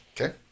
Okay